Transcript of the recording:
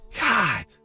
God